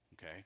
okay